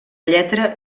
lletra